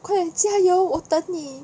快点加油我等你